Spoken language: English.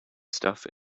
stuff